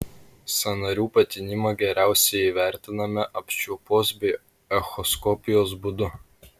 sąnarių patinimą geriausiai įvertiname apčiuopos bei echoskopijos būdu